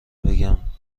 بگم